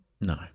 No